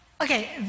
Okay